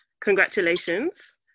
Congratulations